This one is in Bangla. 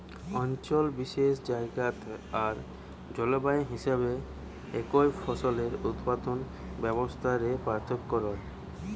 অঞ্চল বিশেষে জায়গা আর জলবায়ু হিসাবে একই ফসলের উৎপাদন ব্যবস্থা রে পার্থক্য রয়